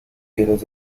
cielos